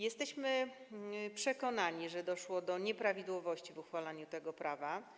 Jesteśmy przekonani, że doszło do nieprawidłowości w uchwalaniu tego prawa.